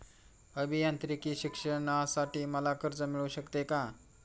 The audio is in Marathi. अभियांत्रिकी शिक्षणासाठी मला कर्ज मिळू शकते का?